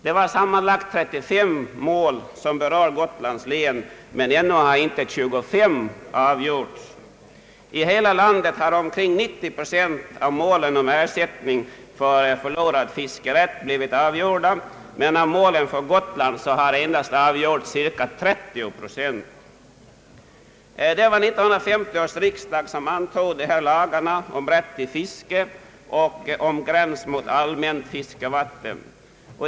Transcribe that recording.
Av sammanlagt 35 fall på Gotland har 25 ännu inte avgjorts. I hela landet har omkring 90 procent av målen om ersättning för förlorad fiskerätt avgjorts, men för Gotlands del är motsvarande siffra endast 30 procent. Det var 1950 års riksdag som antog lagarna om rätt till fiske och om gräns mot allmänt vattenområde.